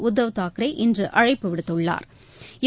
உத்தவ் தாக்கரே இன்று அழைப்பு விடுத்துள்ளா்